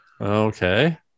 Okay